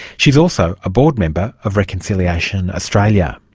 she's also a board member of reconciliation australia.